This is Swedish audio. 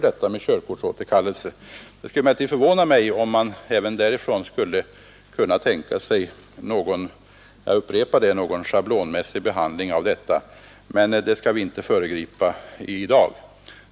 Det skulle emellertid förvåna mig om kommittén skulle kunna tänka sig — jag upprepar det — en schablonmässig behandling av dessa ärenden.